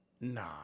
nah